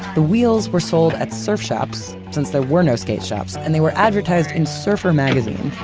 the wheels were sold at surf shops, since there were no skate shops, and they were advertised in surfer magazine.